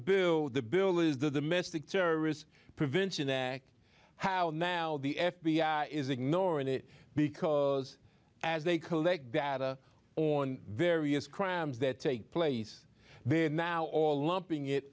bill the bill is the domestic terrorist prevention act how now the f b i is ignoring it because as they collect data on various crimes that take place there now all lumping it